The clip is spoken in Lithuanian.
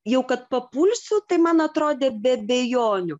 jau kad papulsiu tai man atrodė be abejonių